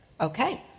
Okay